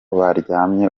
baryamye